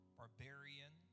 barbarian